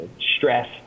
stress